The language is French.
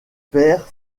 pères